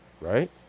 Right